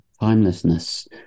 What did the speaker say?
timelessness